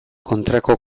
kontrako